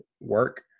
work